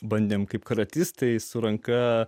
bandėme kaip karatistai su ranka